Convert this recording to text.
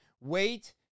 Wait